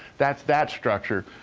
that's that structure.